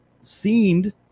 seemed